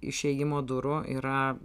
išėjimo durų yra